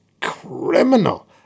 criminal